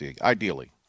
ideally